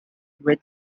which